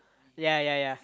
ya ya ya